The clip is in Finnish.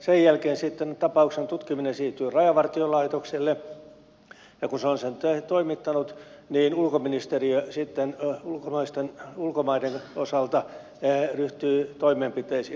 sen jälkeen sitten tapauksen tutkiminen siirtyy rajavartiolaitokselle ja kun se on sen toimittanut niin ulkoministeriö sitten ulkomaiden osalta ryhtyy toimenpiteisiin